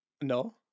No